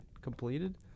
completed